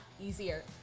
easier